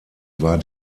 war